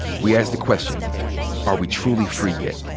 we ask the question are we truly free yet?